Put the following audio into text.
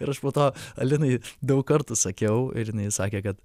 ir aš po to alinai daug kartų sakiau ir jinai sakė kad